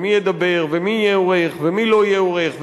מי ידבר ומי יהיה עורך ומי לא יהיה עורך,